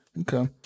Okay